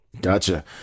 Gotcha